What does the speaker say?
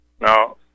Now